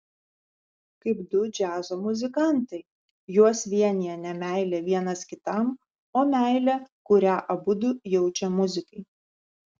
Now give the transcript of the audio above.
kaip du džiazo muzikantai juos vienija ne meilė vienas kitam o meilė kurią abudu jaučia muzikai